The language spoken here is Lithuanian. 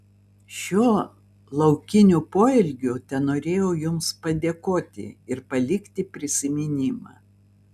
šiuo laukiniu poelgiu tenorėjau jums padėkoti ir palikti prisiminimą